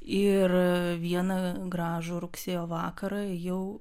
ir vieną gražų rugsėjo vakarą jau